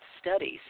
studies